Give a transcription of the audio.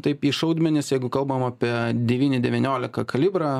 taip į šaudmenis jeigu kalbam apie devyni devyniolika kalibrą